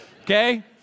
okay